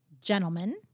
gentlemen